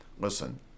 Listen